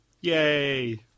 Yay